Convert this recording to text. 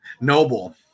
Noble